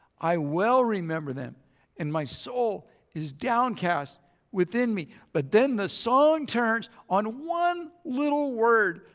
i well remember them and my soul is downcast within me. but then the song turns on one little word.